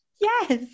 Yes